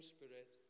Spirit